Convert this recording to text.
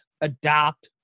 adopt